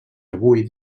avui